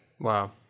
wow